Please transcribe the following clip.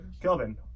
Kelvin